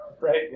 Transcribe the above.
Right